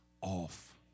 off